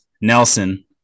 Nelson